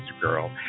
Girl